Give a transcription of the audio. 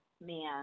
man